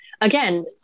again